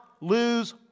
lose